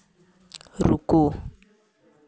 रुको